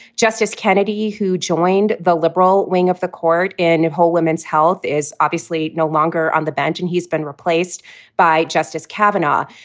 justice kennedy, who joined the liberal wing of the court in her whole women's health, is obviously no longer on the bench, and he's been replaced by justice kavanaugh.